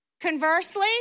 Conversely